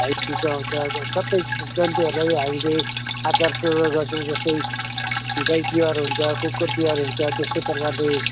भाइटिका आउँछ सबै जन्तुहरूलाई हामीले आदरपूर्व गर्छौँ जस्तै गाई तिहार हुन्छ कुकुर तिहार हुन्छ त्यस्तै प्रकारले